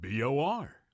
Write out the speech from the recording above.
BOR